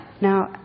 Now